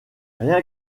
rien